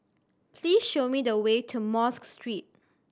please show me the way to Mosque Street